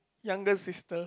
younger sister